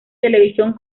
televisión